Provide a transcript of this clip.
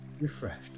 refreshed